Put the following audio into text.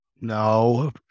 No